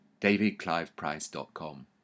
davidcliveprice.com